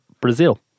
Brazil